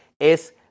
Es